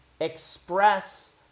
express